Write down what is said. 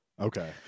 Okay